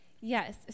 yes